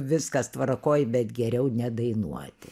viskas tvarkoj bet geriau nedainuoti